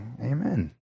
amen